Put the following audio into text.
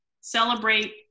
celebrate